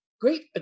great